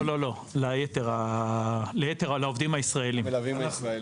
למלווים הישראלים.